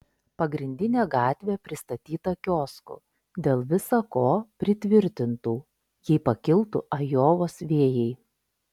pagrindinė gatvė pristatyta kioskų dėl visa ko pritvirtintų jei pakiltų ajovos vėjai